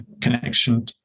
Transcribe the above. connection